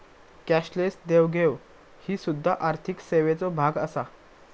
cashless देवघेव ही सुध्दा आर्थिक सेवेचो भाग आसा